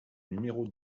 numéro